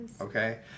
Okay